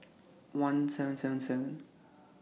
one seven seven seven